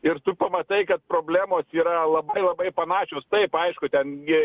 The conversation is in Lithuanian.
ir tu pamatai kad problemos yra labai labai panašios taip aišku ten gi